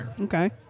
Okay